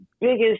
biggest